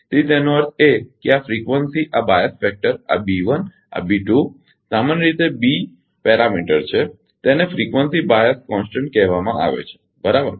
તેથી તેનો અર્થ એ કે આ ફ્રીકવંસી આ બાઅસ ફેકટર આ બી 1 બી 2 સામાન્ય રીતે બી પરિમાણ છે તેને ફ્રીકવંસી બાઅસ અચળ કહેવામાં આવે છે બરાબર